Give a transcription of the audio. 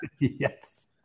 Yes